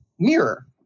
Mirror